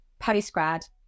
postgrad